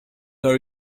are